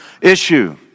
issue